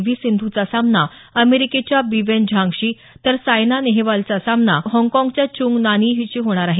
V सिंधूचा सामना अमेरिकेच्या बिवेन झांगशी तर सायना नेहवालचा सामना हाँगकाँगच्या च्युंग नानई शी होणार आहे